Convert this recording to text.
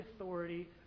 authority